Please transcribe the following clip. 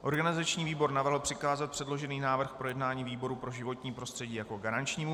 Organizační výbor navrhl přikázat předložený návrh k projednání výboru pro životní prostředí jako garančnímu.